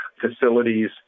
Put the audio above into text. facilities